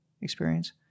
experience